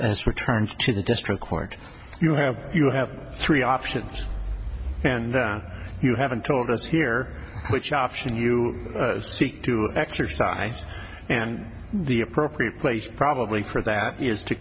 is returned to the district court you have you have three options and you haven't told us here which option you seek to exercise and the appropriate place probably for that is to